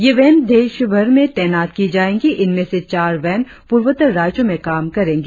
यह वैन देशभर में तैनात की जाएंगी इनमें से चार वैन पूर्वोत्तर राज्यों में काम करेंगी